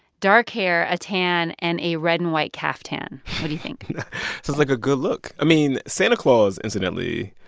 dark hair, a tan and a red and white caftan. what do you think? sounds like a good look. i mean, santa claus, incidentally,